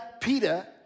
Peter